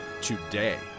today